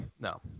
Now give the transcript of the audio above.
no